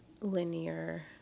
linear